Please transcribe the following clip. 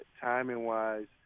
timing-wise